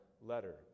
letter